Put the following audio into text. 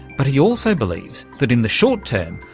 but he also believes that, in the short-term,